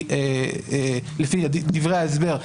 לפי דברי ההסבר,